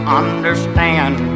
understand